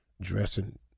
dressing